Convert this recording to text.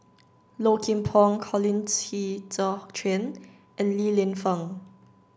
Low Kim Pong Colin Qi Zhe Quan and Li Lienfung